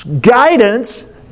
guidance